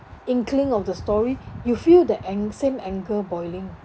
inkling of the story you feel the ang~ same anger boiling